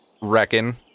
reckon